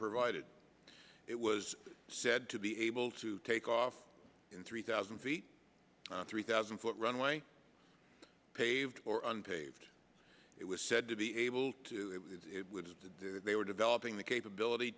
provided it was said to be able to take off in three thousand feet three thousand foot runway paved or unpaved it was said to be able to do that they were developing the capability